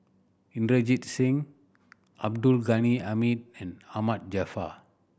Inderjit Singh Abdul Ghani Hamid and Ahmad Jaafar